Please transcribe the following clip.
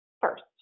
first